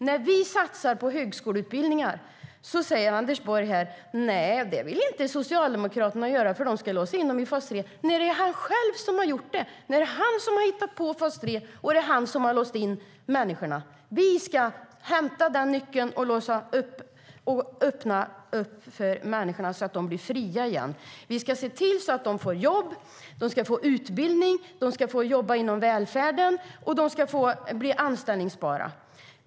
När vi satsar på högskoleutbildningar säger Anders Borg: Nej, det vill inte Socialdemokraterna göra, för de ska låsa in människor i fas 3. Men det är han själv som har gjort det. Det är han som har hittat på fas 3, och det är han som har låst in människorna. Vi ska hämta nyckeln och låsa upp dörren och öppna upp för människor så att de blir fria igen. Vi ska se till att de får jobb och utbildning. De ska få jobba inom välfärden och bli anställbara.